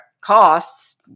costs